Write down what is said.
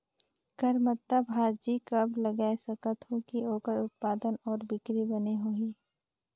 करमत्ता भाजी कब लगाय सकत हो कि ओकर उत्पादन अउ बिक्री बने होही?